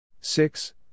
Six